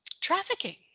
trafficking